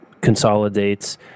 consolidates